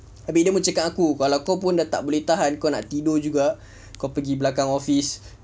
abeh dia pun cakap dengan aku kalau kau dah tak boleh tahan kau nak tidur juga kau pergi belakang office